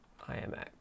IMX